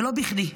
ולא בכדי.